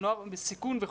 תוכניות לנוער בסיכון וכולי.